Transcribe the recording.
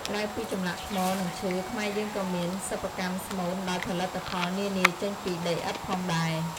ក្រៅពីចម្លាក់ថ្មនិងឈើខ្មែរយើងក៏មានសិប្បកម្មស្មូនដោយផលិតផលិតផលនានាចេញពីដីឥដ្ធផងដែរ។